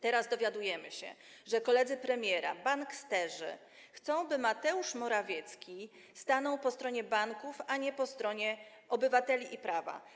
Teraz dowiadujemy się, że koledzy premiera, banksterzy, chcą, by Mateusz Morawiecki stanął po stronie banków, a nie po stronie obywateli i prawa.